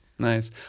Nice